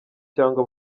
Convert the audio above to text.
cyangwa